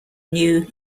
new